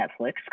Netflix